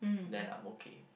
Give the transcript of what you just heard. then I'm okay